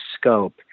scope